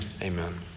Amen